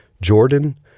Jordan